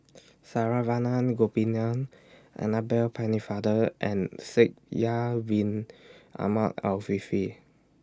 Saravanan Gopinathan Annabel Pennefather and Shaikh Yahya Win Ahmed Afifi